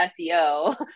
SEO